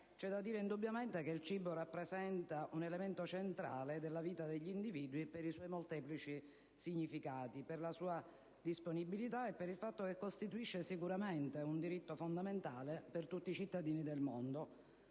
c'è da dire che, indubbiamente, il cibo rappresenta un elemento centrale della vita degli individui per i suoi molteplici significati, per la sua disponibilità e per il fatto che costituisce un diritto fondamentale per tutti i cittadini del mondo.